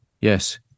yes